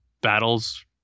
battles